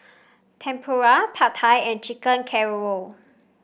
Tempura Pad Thai and Chicken Casserole